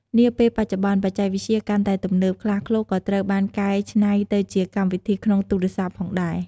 នាពេលបច្ចុប្បន្នបច្ចេកវិទ្យាកាន់តែទំនើបខ្លាឃ្លោកក៏ត្រូវបានកែច្នៃទៅជាកម្មវិធីក្នុងទូរស័ព្ទផងដែរ។